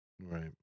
Right